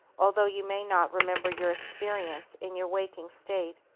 although you may not remember your experience in your waking state.